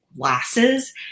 glasses